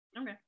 Okay